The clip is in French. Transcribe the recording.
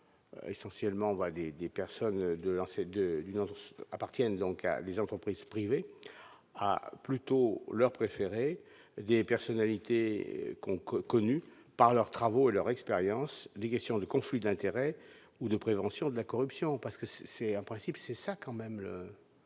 personnes, de lancer une appartiennent donc à des entreprises privées a plutôt leur préférer des personnalités qu'on connus par leurs travaux et leur expérience, les questions de conflit d'intérêts ou de prévention de la corruption, parce que c'est, c'est un principe c'est ça quand même